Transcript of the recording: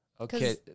Okay